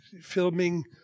filming